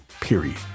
period